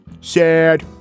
Sad